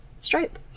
stripe